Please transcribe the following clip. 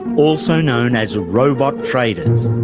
also known as robot traders.